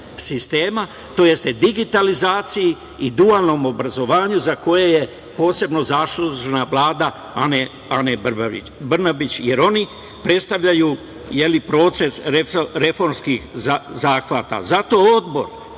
sistema, tj. digitalizaciji i dualnom obrazovanju, za koje je posebno zaslužna Vlada Ane Brnabić, jer oni predstavljaju proces reformskih zahvata. Zato Odbor,